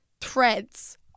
threads